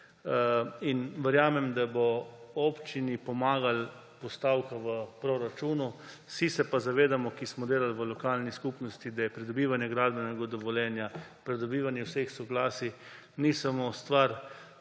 in verjamem, da bo občini pomagala postavka v proračunu. Vsi se pa zavedamo, tisti, ki smo delali v lokalni skupnosti, da pridobivanje gradbenega dovoljenja, pridobivanje vseh soglasij ni samo stvar,